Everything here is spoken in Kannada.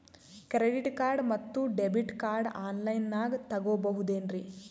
ಕ್ರೆಡಿಟ್ ಕಾರ್ಡ್ ಮತ್ತು ಡೆಬಿಟ್ ಕಾರ್ಡ್ ಆನ್ ಲೈನಾಗ್ ತಗೋಬಹುದೇನ್ರಿ?